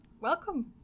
welcome